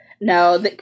No